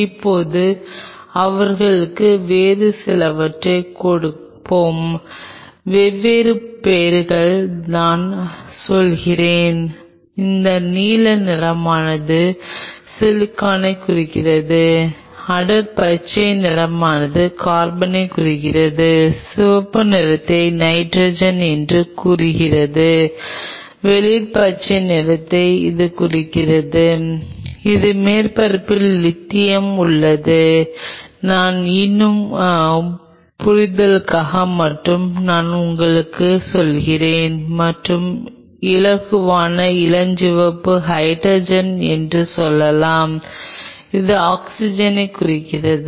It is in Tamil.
இப்போது அவர்களுக்கு வேறு சிலவற்றைக் கொடுப்போம் வெவ்வேறு பெயர்கள் நான் சொல்கிறேன் இந்த நீல நிறமானது சிலிக்கானைக் குறிக்கிறது அடர் பச்சை நிறமானது கார்பனைக் குறிக்கிறது சிவப்பு நிறத்தை நைட்ரஜன் என்று கூறுகிறது வெளிர் பச்சை நிறத்தை இது குறிக்கிறது எனவே மேற்பரப்பில் லித்தியம் உள்ளது நான் உங்கள் புரிதலுக்காக மட்டுமே நான் உங்களுக்கு சொல்கிறேன் மற்றும் இலகுவான இளஞ்சிவப்பு ஹைட்ரஜன் என்று சொல்லலாம் இது ஆக்ஸிஜனைக் குறிக்கிறது